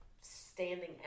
standing